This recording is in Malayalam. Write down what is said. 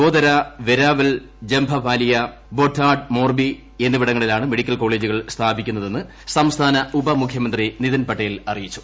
ഗോദരാ വെരാവൽ ജംഖാഭാലിയ ബൊട്ടാഡ് മോർബി എന്നിവിടങ്ങളിലാണ് മെഡിക്കൽ കോളേജുകൾ സ്ഥാപിക്കുന്നതെന്ന് സംസ്ഥാന ഉപ മുഖ്യമന്ത്രി നിതിൻ പട്ടേൽ അറിയിച്ചു